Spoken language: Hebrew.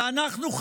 ואנחנו,